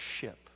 ship